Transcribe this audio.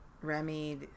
Remy